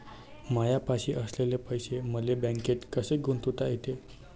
मायापाशी असलेले पैसे मले बँकेत कसे गुंतोता येते?